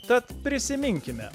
tad prisiminkime